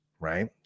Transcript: right